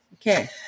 Okay